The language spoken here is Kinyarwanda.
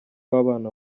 w’abana